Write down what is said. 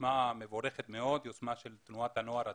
יוזמה מבורכת מאוד, יוזמה של תנועת הנוער הציונית,